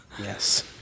Yes